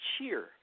cheer